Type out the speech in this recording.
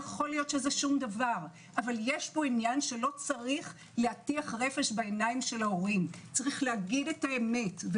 אבל יש פה עניין שלא צריך להטיח רפש בעיני ההורים אלא לומר את האמת: